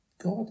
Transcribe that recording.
God